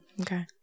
Okay